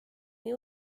nii